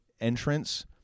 entrance